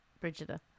Brigida